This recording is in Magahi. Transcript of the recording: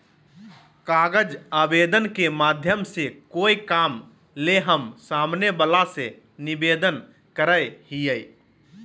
कागज आवेदन के माध्यम से कोय काम ले हम सामने वला से निवेदन करय हियय